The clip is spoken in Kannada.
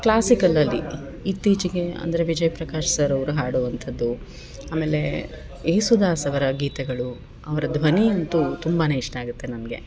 ಕ್ಲಾಸಿಕಲ್ಲಲ್ಲಿ ಇತ್ತೀಚೆಗೆ ಅಂದರೆ ವಿಜಯ್ ಪ್ರಕಾಶ್ ಸರ್ ಅವ್ರು ಹಾಡುವಂಥದ್ದು ಆಮೇಲೆ ಏಸುದಾಸವರ ಗೀತೆಗಳು ಅವರ ಧ್ವನಿ ಅಂತೂ ತುಂಬ ಇಷ್ಟಾಗುತ್ತೆ ನನಗೆ